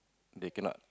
they cannot